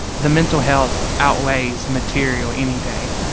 the mental health outweighs material any day